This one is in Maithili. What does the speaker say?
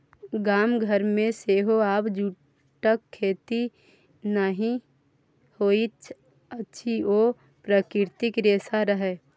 गाम घरमे सेहो आब जूटक खेती नहि होइत अछि ओ प्राकृतिक रेशा रहय